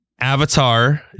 Avatar